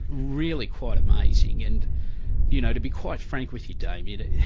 really quite amazing. and you know to be quite frank with you, damien,